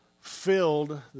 filled